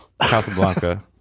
Casablanca